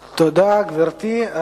תודה, גברתי.